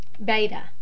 beta